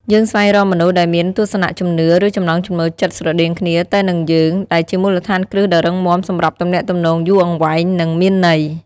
យើងស្វែងរកមនុស្សដែលមានទស្សនៈ ជំនឿ ឬចំណង់ចំណូលចិត្តស្រដៀងគ្នាទៅនឹងយើង ដែលជាមូលដ្ឋានគ្រឹះដ៏រឹងមាំសម្រាប់ទំនាក់ទំនងយូរអង្វែង និងមានន័យ។